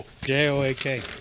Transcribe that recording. J-O-A-K